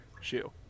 shoe